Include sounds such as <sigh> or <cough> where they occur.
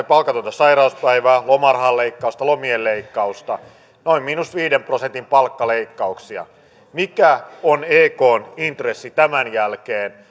<unintelligible> palkatonta sairauspäivää lomarahan leikkausta lomien leikkausta noin miinus viiden prosentin palkkaleikkauksia mikä on ekn intressi tämän jälkeen <unintelligible>